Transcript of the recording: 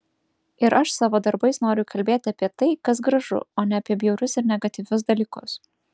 ir aš savo darbais noriu kalbėti apie tai kas gražu o ne apie bjaurius ir negatyvius dalykus